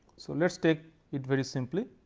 so let us take it very simply,